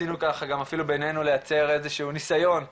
ניסינו בינינו לייצר איזשהו ניסיון לסנכרון,